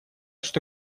что